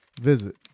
Visit